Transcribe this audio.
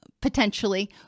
potentially